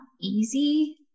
easy